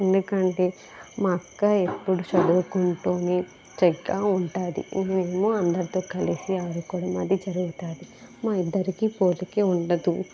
ఎందుకంటే మా అక్క ఎప్పుడు చదువుకుంటు స్ట్రీట్గా ఉంటుంది నేనేమో అందరితో కలిసి ఆడుకోవడం అది జరుగుతుంది మా ఇద్దరికి పోలికే ఉండదు